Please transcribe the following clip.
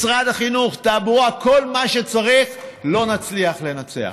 משרד החינוך, תעבורה, כל מה שצריך, לא נצליח לנצח.